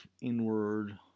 inward